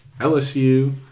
LSU